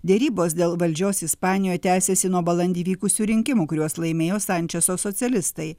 derybos dėl valdžios ispanijoje tęsiasi nuo balandį vykusių rinkimų kuriuos laimėjo sančeso socialistai